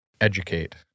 educate